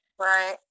Right